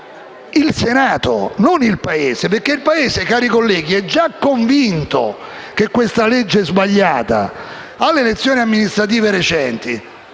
il Senato, non il Paese, perché il Paese, cari colleghi, è già convinto che questa legge sia sbagliata. Alle elezioni amministrative recenti,